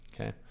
Okay